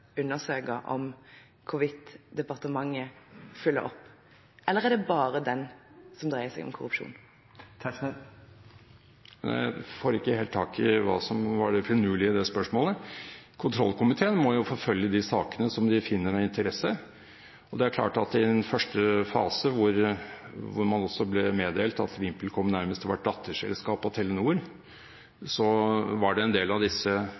undersøke hvorvidt departementet følger opp, eller er det bare det som dreier seg om korrupsjon? Jeg får ikke helt tak i hva som var det finurlige i det spørsmålet. Kontrollkomiteen må jo forfølge de sakene som de finner av interesse. Det er klart at i en første fase, hvor man også ble meddelt at VimpelCom nærmest var et datterselskap av Telenor, var det en del av